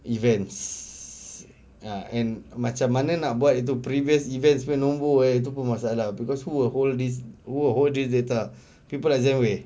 events ah and macam mana nak buat itu previous events punya nombor eh itu pun masalah because who will hold these who will hold these data people are